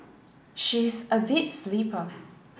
she is a deep sleeper